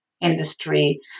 industry